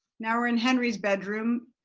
now we're in henry's bedroom,